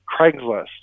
craigslist